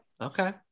Okay